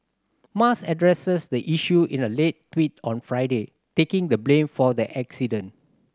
musk addressed the issue in a late tweet on Friday taking the blame for the accident